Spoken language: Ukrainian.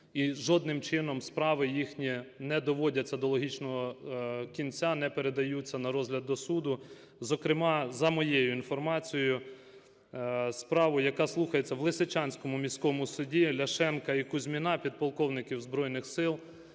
і жодним чином справи їхні не доводяться до логічного кінця, не передаються на розгляд до суду. Зокрема, за моєю інформацією, справу, яка слухається в Лисичанському міському суді, Ляшенка і Кузьміна, підполковників Збройних Сил,